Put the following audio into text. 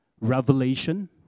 revelation